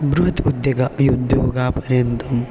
बृहत् उद्योगः उद्योगपर्यन्तं